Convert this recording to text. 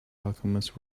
alchemist